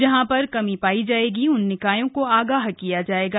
जहां पर कमी पायी जायेगी उन निकायों को आगाह किया जायेगा